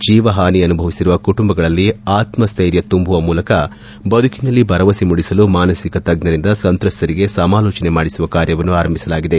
ಜೀವ ಹಾನಿ ಅನುಭವಿಸಿರುವ ಕುಟುಂಬಗಳಲ್ಲಿ ಮಾನಸಿಕ ಆತ್ಮ ಸ್ಟೈರ್ಯ ತುಂಬುವ ಮೂಲಕ ಬದುಕಿನಲ್ಲಿ ಭರವಸೆ ಮೂಡಿಸಲು ಮಾನಸಿಕ ತಜ್ಞರಿಂದ ಸಂತ್ರಸ್ತರಿಗೆ ಸಮಾಲೋಚನೆ ಮಾಡಿಸುವ ಕಾರ್ಯವನ್ನು ಆರಂಭಿಸಲಾಗಿದೆ